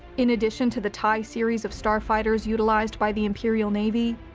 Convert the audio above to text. in addition to the tie series of starfighters utilized by the imperial navy,